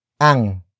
ang